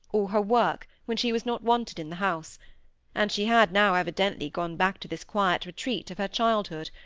or her work, when she was not wanted in the house and she had now evidently gone back to this quiet retreat of her childhood,